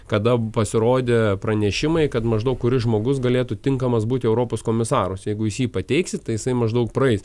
kada pasirodė pranešimai kad maždaug kuris žmogus galėtų tinkamas būt į europos komisarus tai jeigu jūs jį pateiksit tai jisai maždaug praeis